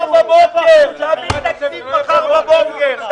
--- תביאו תקציב מחר בבוקר.